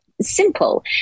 simple